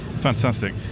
Fantastic